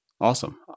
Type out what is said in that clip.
Awesome